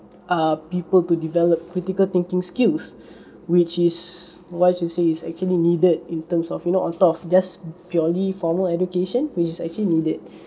err people to develop critical thinking skills which is why she say it's actually needed in terms of you know on top of just purely formal education which is actually needed